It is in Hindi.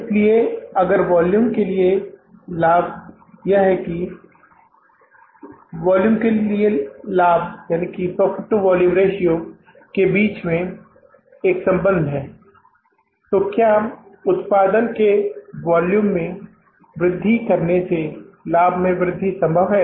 इसलिए अगर वॉल्यूम के लिए लाभ यह है कि यह वॉल्यूम के लिए लाभ के बीच एक संबंध है तो क्या उत्पादन के वॉल्यूम में वृद्धि करने से लाभ में वृद्धि संभव है